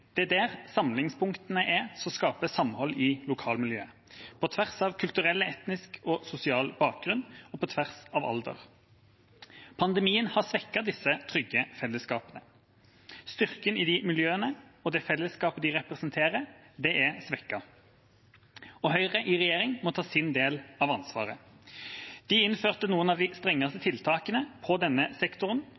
det er der samlingspunktene som skaper samhold i lokalmiljøet, er – på tvers av kulturell, etnisk og sosial bakgrunn og på tvers av alder. Pandemien har svekket disse trygge fellesskapene. Styrken i de miljøene og det fellesskapet de representerer, er svekket. Høyre i regjering må ta sin del av ansvaret. De innførte noen av de strengeste tiltakene i denne sektoren,